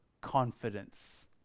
confidence